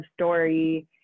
story